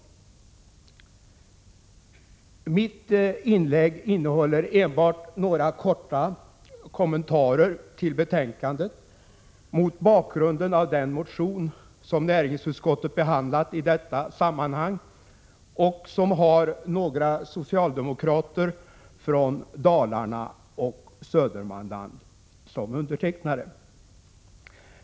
Jag skall i mitt inlägg bara göra några korta kommentarer till utskottets behandling av den motion som näringsutskottet tar upp i detta sammanhang och som har några socialdemokrater från Dalarna och Södermanland som undertecknare.